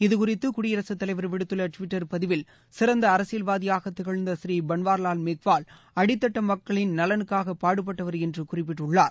இதுகுறித்து குடியரசுத்தலைவர் விடுத்துள்ள அரசியல்வாதியாக திகழ்ந்த ப்ரீ பள்வர்வால் மேக்வால் அடித்தட்ட மக்களின் நலனுக்கூக பாடுபட்டவர் என்று குறிப்பிட்டுள்ளார்